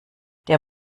der